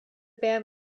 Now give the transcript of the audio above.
ban